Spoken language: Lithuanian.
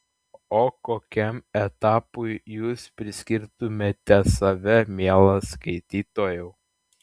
o kokiam etapui jūs priskirtumėte save mielas skaitytojau